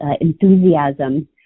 enthusiasm